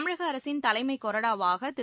தமிழகஅரசின் தலைமைக் கொறடாவாகதிரு